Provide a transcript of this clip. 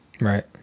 Right